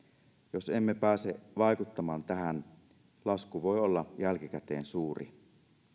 jos emme pääse vaikuttamaan tähän lasku voi olla jälkikäteen suuri